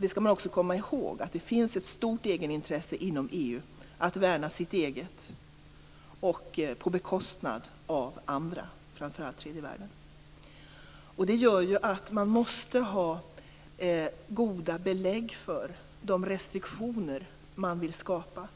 Man skall också komma ihåg att det finns ett stort egenintresse inom EU att värna sitt eget på bekostnad av andra, framför allt tredje världen. Det gör att man måste ha goda belägg för de restriktioner man vill skapa.